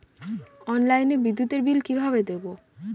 অনলাইনে বিদ্যুতের বিল কিভাবে দেব?